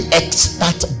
expert